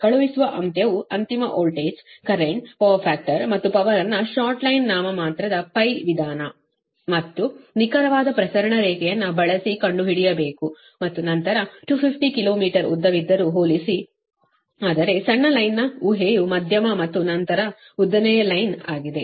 ಕಳುಹಿಸುವ ಅಂತ್ಯವು ಅಂತಿಮ ವೋಲ್ಟೇಜ್ ಕರೆಂಟ್ ಪವರ್ ಫ್ಯಾಕ್ಟರ್ ಮತ್ತು ಪವರ್ ಅನ್ನು ಶಾರ್ಟ್ ಲೈನ್ ನಾಮಮಾತ್ರ π ವಿಧಾನ ಮತ್ತು ನಿಖರವಾದ ಪ್ರಸರಣ ರೇಖೆಯನ್ನು ಬಳಸಿ ಕಂಡುಹಿಡಿಯಬೇಕು ಮತ್ತು ನಂತರ 250 ಕಿಲೋ ಮೀಟರ್ ಉದ್ದವಿದ್ದರೂ ಹೋಲಿಸಿ ಆದರೆ ಸಣ್ಣ ಲೈನ್ನ ಊಹೆಯು ಮಧ್ಯಮ ಮತ್ತು ನಂತರ ಉದ್ದನೆಯ ಲೈನ್ ಆಗಿದೆ